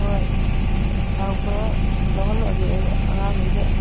ꯍꯣꯏ ꯂꯥꯛꯄꯗ ꯂꯧꯍꯜꯂꯒꯦ ꯑꯩ ꯑꯉꯥꯡꯒꯩꯗ